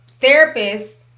therapist